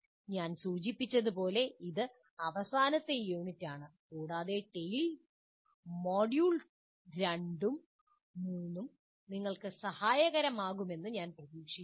ഞാൻ സൂചിപ്പിച്ചതുപോലെ ഇത് അവസാനത്തെ യൂണിറ്റാണ് കൂടാതെ TALE മൊഡ്യൂൾ 2 ഉം 3 ഉം നിങ്ങൾക്ക് സഹായകരമാകുമെന്ന് ഞാൻ പ്രതീക്ഷിക്കുന്നു